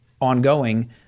ongoing